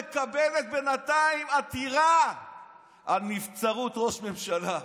מקבלת בינתיים עתירה על נבצרות ראש ממשלה.